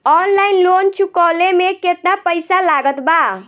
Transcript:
Online loan चुकवले मे केतना पईसा लागत बा?